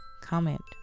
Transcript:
comment